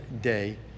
day